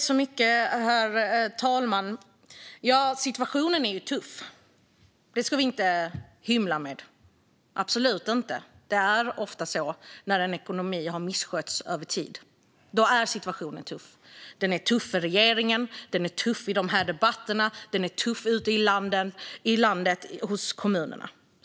Herr talman! Situationen är ju tuff; det ska vi absolut inte hymla om. Det är ofta så när ekonomin har misskötts över tid. Då är situationen tuff - för regeringen, i de här debatterna och ute i landet hos kommunerna.